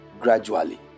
gradually